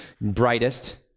brightest